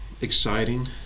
exciting